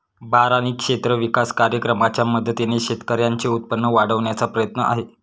बारानी क्षेत्र विकास कार्यक्रमाच्या मदतीने शेतकऱ्यांचे उत्पन्न वाढविण्याचा प्रयत्न आहे